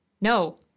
No